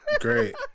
Great